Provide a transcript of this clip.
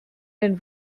den